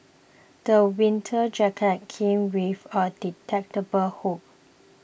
the winter jacket came with a detachable hood